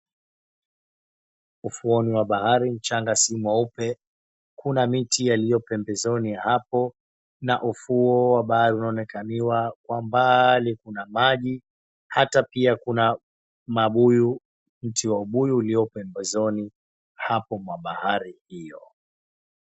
Ufuoni mwa bahari mchanga si mweupe, kuna miti yaliyo pembezoni ya hapo na ufuo wa bahari unaonekaniwa, kwa mbalii kuna maji ata pia kuna mabuyu, mti wa ubuyu uliyo pembezoni hapo mwa bahari hiyo.